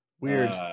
Weird